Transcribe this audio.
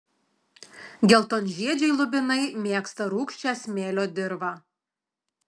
geltonžiedžiai lubinai mėgsta rūgščią smėlio dirvą